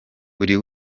buri